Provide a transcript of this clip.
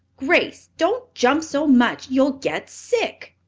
grace, don't jump so much. you'll get sick.